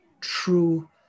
true